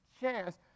chance